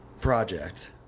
project